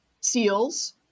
seals